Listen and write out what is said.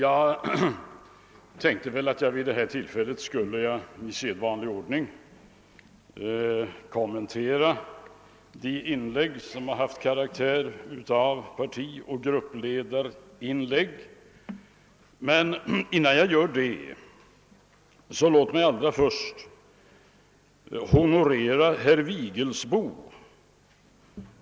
Herr talman! Jag tänkte vid detta till fälle i sedvanlig ordning kommentera de anföranden som haft karaktär av partioch gruppledarinlägg. Men innan jag gör det vill jag honorera herr Vigelsbo.